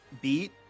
beat